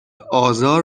آزار